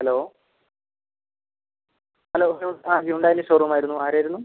hello hello ആ ഹ്യുണ്ടായീൻ്റെ ഷോറൂമായിരുന്നു ആരായിരുന്നു